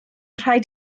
rhaid